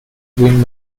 been